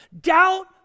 Doubt